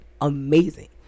amazing